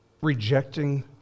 rejecting